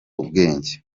ubwenge